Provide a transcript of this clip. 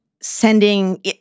sending